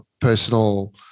personal